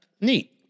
Neat